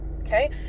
Okay